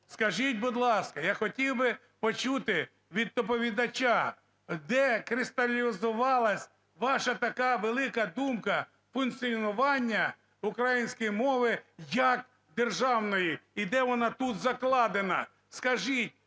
Скажіть, будь ласка, я хотів би почути від доповідача, де кристалізувалась ваша така велика думка функціонування української мови як державної, і де вона тут закладена. Скажіть,